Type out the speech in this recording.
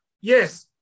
Yes